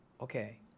okay